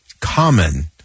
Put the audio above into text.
common